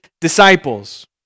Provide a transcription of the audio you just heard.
disciples